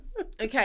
Okay